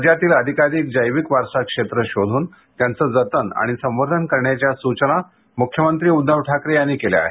राज्यातील अधिकाधिक जैविक वारसा क्षेत्र शोधून त्यांचं जतन आणि संवर्धन करण्याच्या सूचना मुख्यमंत्री उद्धव ठाकरे यांनी केल्या आहेत